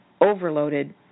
overloaded